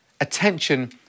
Attention